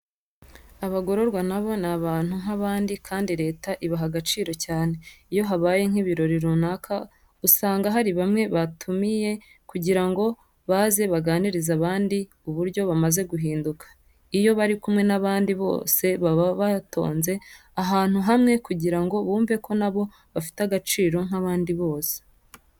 Abagororwa na bo ni abantu nk'abandi kandi leta ibaha agaciro cyane. Iyo habaye nk'ibirori runaka usanga hari bamwe batumiye kugira ngo baze baganirize abandi uburyo bamaze guhinduka. Iyo bari kumwe n'abandi bose baba batonze ahantu hamwe kugira ngo bumve ko na bo bafite agaciro nk'abandi bose.